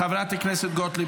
--- חברת הכנסת גוטליב,